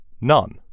none